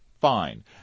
fine